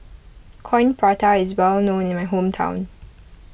Coin Prata is well known in my hometown